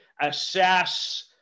assess